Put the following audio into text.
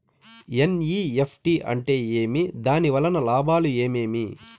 NEFT అంటే ఏమి? దాని వలన లాభాలు ఏమేమి